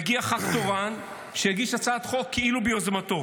מגיע ח"כ תורן שיגיש הצעת חוק כאילו ביוזמתו?